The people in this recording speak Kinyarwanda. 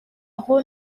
aho